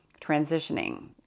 transitioning